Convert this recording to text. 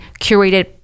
curated